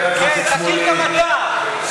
כן, תכיר גם אתה.